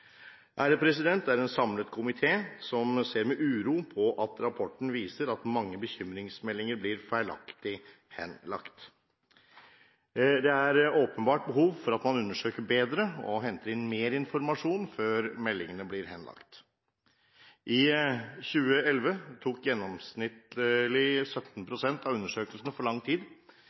Det er en samlet komité som ser med uro på at rapporten viser at mange bekymringsmeldinger blir feilaktig henlagt. Det er åpenbart behov for at man undersøker bedre og henter inn mer informasjon før meldingene blir henlagt. I 2011 tok gjennomsnittlig 17 pst. av undersøkelsene for lang tid.